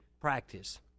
practice